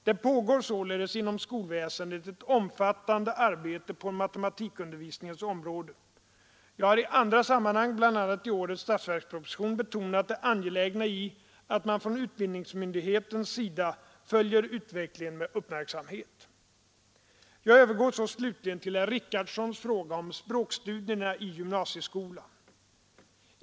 Det pågår inom skolväsendet ett omfattande arbete på matematikundervisningens område. Jag har i andra sammanhang — bl.a. i årets statsverksproposition — betonat det angelägna i att man från utbildningsmyndighetens sida följer utvecklingen med uppmärksamhet. Jag övergår så slutligen till herr Richardsons fråga om språkstudierna i gymnasieskolan.